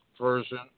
version